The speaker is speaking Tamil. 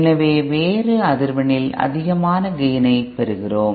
எனவே வேறு அதிர்வெண்ணில் அதிகமான கேய்ன் ஐ பெறுகிறோம்